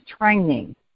training